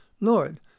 Lord